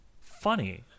funny